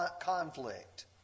conflict